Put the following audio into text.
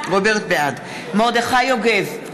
מרדכי יוגב,